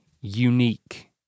Unique